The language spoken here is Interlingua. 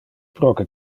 proque